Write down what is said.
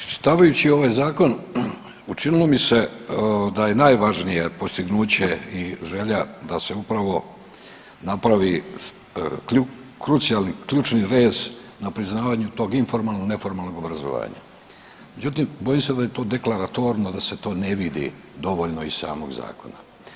Iščitavajući ovaj zakon učinilo mi se da je najvažnije postignuće i želja da se upravo napravi ključni rez na priznavanju tog informalno neformalnog obrazovanja, međutim bojim se da je to deklatorno da se to ne vidi dovoljno iz samog zakona.